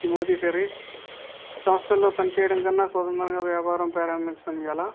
Timothy Ferriss సంస్థల్లో పని చేేయడం కన్నా స్వతంత్రంగా వ్యాపారం ప్రారంభించడం ఎలా